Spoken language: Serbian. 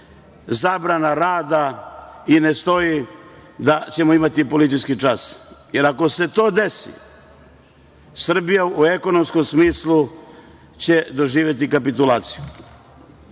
zabrana rada i ne stoji da ćemo imati policijski čas, jer ako se to desi Srbija u ekonomskom smislu će doživeti kapitulaciju.